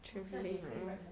travelling